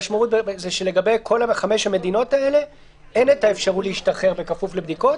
המשמעות היא שלגבי חמש המדינות האלה אין אפשרות להשתחרר בכפוף לבדיקות,